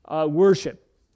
worship